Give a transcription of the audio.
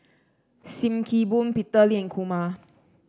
Sim Kee Boon Peter Lee and Kumar